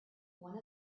one